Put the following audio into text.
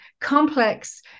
complex